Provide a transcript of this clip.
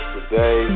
Today